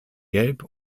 gelb